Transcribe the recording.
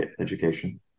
education